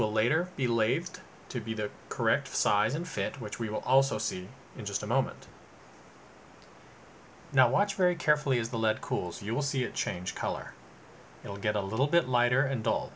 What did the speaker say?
will later be laved to be the correct size and fit which we will also see in just a moment now watch very carefully as the lead cools you will see a change color will get a little bit lighter and all